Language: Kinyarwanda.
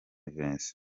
vincent